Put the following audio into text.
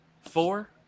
four